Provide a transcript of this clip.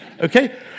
okay